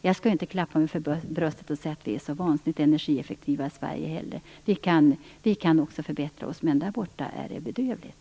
Jag skall inte klappa mig för bröstet och säga att vi är så vansinnigt energieffektiva i Sverige heller, vi kan också förbättra oss. Men där borta är det bedrövligt.